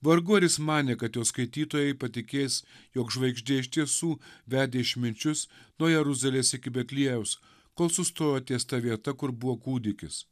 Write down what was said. vargu ar jis manė kad jo skaitytojai patikės jog žvaigždė iš tiesų vedė išminčius nuo jeruzalės iki betliejaus kol sustojo ties ta vieta kur buvo kūdikis